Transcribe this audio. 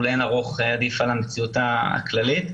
עדיף על המציאות הכללית.